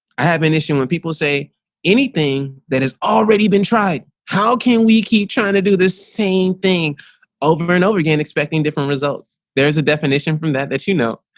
i have an issue when people say anything that has already been tried, how can we keep trying to do the same thing over and over again expecting different results? there's a definition from that, that you know,